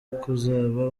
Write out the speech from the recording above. kuzaba